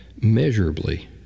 measurably